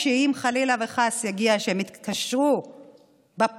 אם חלילה וחס יגיע שהם יתקשרו בפירוט